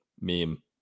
meme